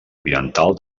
oriental